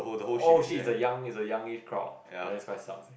oh shit it's the young it's the young age crowd ah that's quite sucks eh